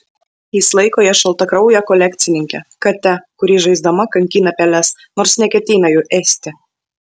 jis laiko ją šaltakrauje kolekcininke kate kuri žaisdama kankina peles nors neketina jų ėsti